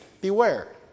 beware